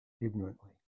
ignorantly